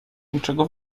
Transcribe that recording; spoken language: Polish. niczego